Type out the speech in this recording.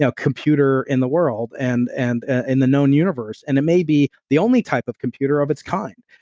ah computer in the world and and in the known universe and it may be the only type of computer of its kind.